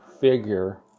figure